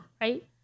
right